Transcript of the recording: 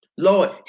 Lord